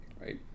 Right